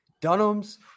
Dunham's